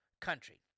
country